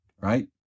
Right